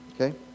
okay